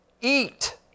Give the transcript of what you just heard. eat